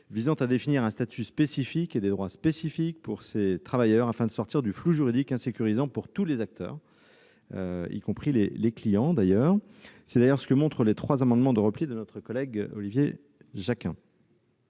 visant à définir un statut spécifique et des droits spécifiques pour ces travailleurs, afin de sortir du flou juridique insécurisant pour tous les acteurs, y compris les clients. C'est d'ailleurs ce que montrent les amendements de repli n 619 rectifié ,